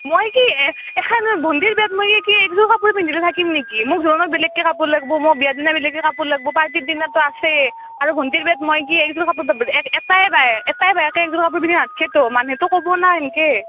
মই কি এ এথান ভণ্টিৰ বিয়াত মই কি এযোৰ কাপোৰেই পিন্ধি থাকিম নেকি মোক জোৰোনত বেলেগকৈ কাপোৰ লাগিব মোক বিয়াৰ দিনা বেলেগকৈ কাপোৰ লাগিব পাৰ্টিৰ দিনাটো আছেই আৰু ভণ্টিৰ বিয়াত মই কি এইযোৰ কাপোৰ এটাই বায়েক এটাই বায়েকে কি এযোৰ কাপোৰ পিন্ধি নাথকেতো মানুহেতো ক'বনা এংকে